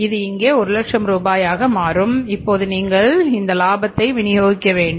இது இங்கே 100000 ரூபாயாக மாறும் இப்போது நீங்கள் இந்த லாபத்தை விநியோகிக்க வேண்டும்